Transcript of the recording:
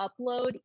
upload